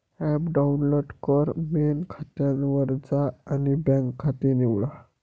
app download कर, main खात्यावर जा आणि बँक खाते निवडा